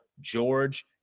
George